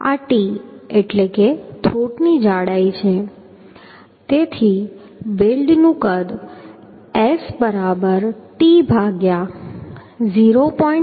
આ t એટલે થ્રોટની જાડાઈ છે તેથી વેલ્ડનું કદ S બરાબર t ભાગ્યા 0